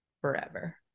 forever